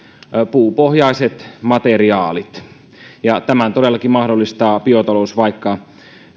puupohjaiset materiaalit tämän todellakin mahdollistaa biotalous vaikka